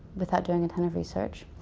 without doing a ton of research,